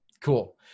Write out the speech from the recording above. Cool